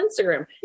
Instagram